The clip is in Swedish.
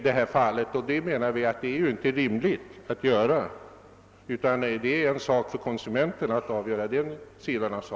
Men utskottsmajoriteten menar att det inte är rimligt att göra det, utan att det är en sak som konsumenterna själva bör få avgöra.